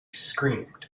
screamed